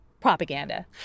propaganda